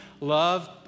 love